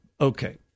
Okay